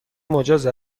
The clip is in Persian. مجاز